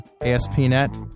ASP.NET